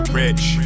rich